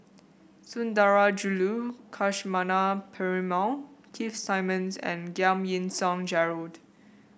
Sundarajulu Lakshmana Perumal Keith Simmons and Giam Yean Song Gerald